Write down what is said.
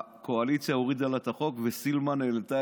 הקואליציה הורידה לה את החוק וסילמן העלתה